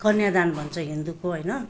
कन्या दान भन्छ हिन्दूको होइन